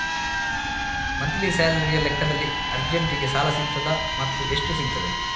Monthly ಸ್ಯಾಲರಿಯ ಲೆಕ್ಕದಲ್ಲಿ ಅರ್ಜೆಂಟಿಗೆ ಸಾಲ ಸಿಗುತ್ತದಾ ಮತ್ತುಎಷ್ಟು ಸಿಗುತ್ತದೆ?